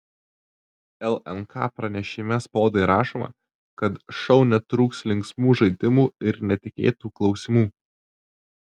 lnk pranešime spaudai rašoma kad šou netrūks linksmų žaidimų ir netikėtų klausimų